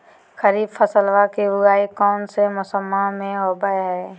खरीफ फसलवा के उगाई कौन से मौसमा मे होवय है?